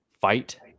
fight